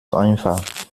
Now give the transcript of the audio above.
einfach